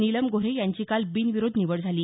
नीलम गोऱ्हे यांची काल बिनविरोध निवड झाली